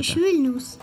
iš vilniaus